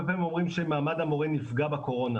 פעמים אומרים שמעמד המורה נפגע בקורונה